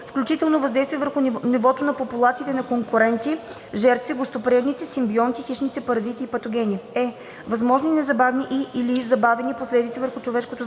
включително въздействие върху нивото на популациите на конкуренти, жертви, гостоприемници, симбионти, хищници, паразити и патогени; е) възможни незабавни и/или забавени последици върху човешкото здраве в